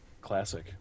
classic